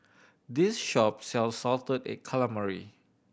this shop sells salted egg calamari